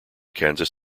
kansas